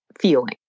feeling